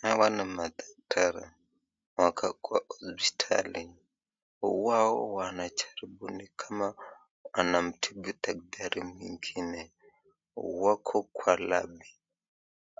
Hawa ni madaktari wakakua hospitali. Wao wanajaribu ni kama anamtibu daktari mwengine. Wako kwa labi